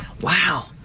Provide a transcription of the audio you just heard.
Wow